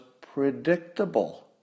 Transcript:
predictable